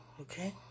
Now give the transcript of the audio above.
okay